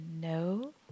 No